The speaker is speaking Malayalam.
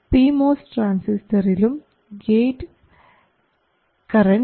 പി മോസ് ട്രാൻസിസ്റ്ററിലും ഗേറ്റ് കറൻറ് I G പൂജ്യം ആണ്